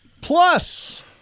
Plus